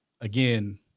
again